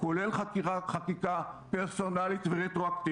אני מציעה לחבר הכנסת פורר לשאול את היועצת